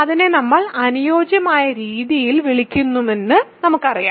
അതിനെ നമ്മൾ അനുയോജ്യമായ രീതിയിൽ വിളിക്കുന്നുവെന്ന് നമുക്കറിയാം